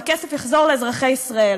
והכסף יחזור לאזרחי ישראל.